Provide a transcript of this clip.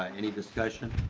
any discussion?